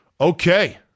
Okay